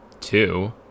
two